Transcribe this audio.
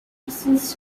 versus